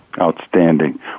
Outstanding